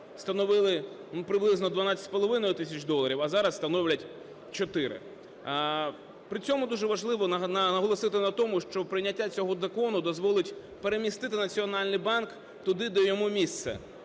становили приблизно 12,5 тисяч доларів, а зараз становлять 4. При цьому дуже важливо наголосити на тому, що прийняття цього закону дозволить перемістити Національний банк туди, де йому місце,